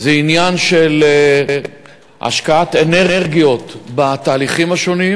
זה עניין של השקעת אנרגיות בתהליכים השונים.